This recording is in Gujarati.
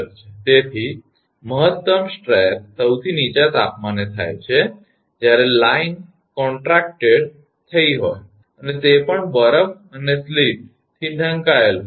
તેથી મહત્તમ સ્ટ્રેસ સૌથી નીચા તાપમાને થાય છે જ્યારે લાઇન સંકુચિત થઈ હોય અને તે પણ બરફ અને સ્લીટકરાનો વરસાદથી ઢંકાયેલ હોય